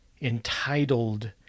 entitled